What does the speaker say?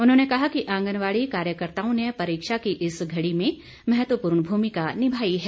उन्होंने कहा कि आंगनबाड़ी कार्यकर्ताओं ने परीक्षा की इस घड़ी में महत्वपूर्ण भूमिका निभाई है